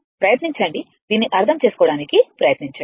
ప్రయత్నించండి దీన్ని అర్థం చేసుకోవడానికి ప్రయత్నించండి